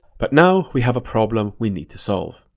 but now we have a problem we need to solve.